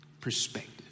perspective